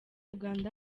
uganda